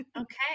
Okay